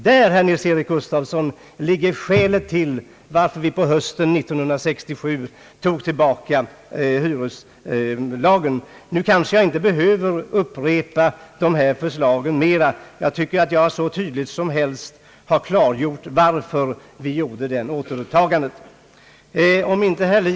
Detta var skälen till att vi på hösten 1967 tog tillbaka förslaget om avveckling av hyresregleringslagen, herr Nils Eric Gustafsson. Nu behöver jag kanske inte upprepa detta mera — jag tycker att jag hur tydligt som helst har klargjort anledningen till att vi gjorde detta återtagande av propositionen.